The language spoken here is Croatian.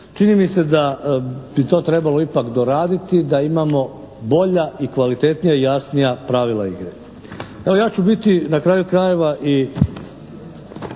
čini mi se da bi to trebalo ipak doraditi da imamo bolja i kvalitetnija i jasnija pravila igre. Evo ja ću biti na kraju krajeva i